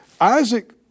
Isaac